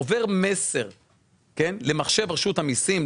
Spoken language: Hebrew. עובר מסר למחשב רשות המיסים,